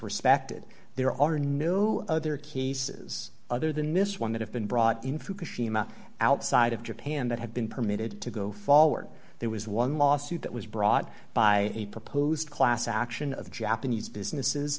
respected there are no other cases other than this one that have been brought in fukushima outside of japan that have been permitted to go forward there was one lawsuit that was brought by a proposed class action of japanese businesses